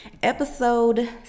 Episode